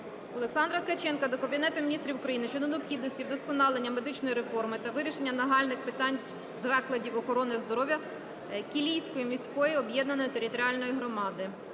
Олександра Ткаченка до Кабінету Міністрів України щодо необхідності вдосконалення медичної реформи та вирішення нагальних питань закладів охорони здоров'я Кілійської міської об'єднаної територіальної громади.